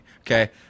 okay